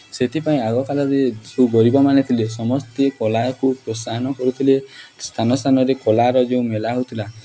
ସେଥିପାଇଁ ଆଗକାଳରେ ଯେଉଁ ଗରିବମାନେ ଥିଲେ ସମସ୍ତେ କଳାକୁ ପ୍ରୋତ୍ସାହନ କରୁଥିଲେ ସ୍ଥାନ ସ୍ଥାନରେ କଳାର ଯେଉଁ ମେଳା ହେଉଥିଲା